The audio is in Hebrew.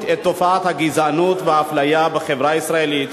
את תופעת הגזענות והאפליה בחברה הישראלית,